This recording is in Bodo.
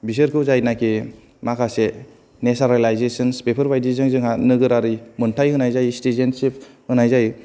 बिसोरखौ जाय नाखि माखासे नेसारालाइजेसनल बेफोर बायदि जों जोंहा नोगोरारि मोनथाइ होनना जायो सिथिजेन्तसिब होनाय जायो